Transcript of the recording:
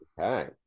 okay